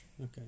Okay